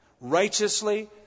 Righteously